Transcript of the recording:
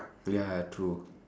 ya true